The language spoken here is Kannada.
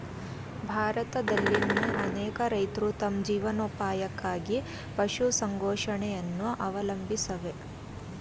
ಭಾರತದಲ್ಲಿನ್ ಅನೇಕ ರೈತ್ರು ತಮ್ ಜೀವನೋಪಾಯಕ್ಕಾಗಿ ಪಶುಸಂಗೋಪನೆಯನ್ನ ಅವಲಂಬಿಸವ್ರೆ